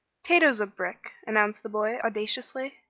tato's a brick! announced the boy, audaciously.